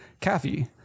kathy